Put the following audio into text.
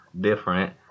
different